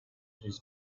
his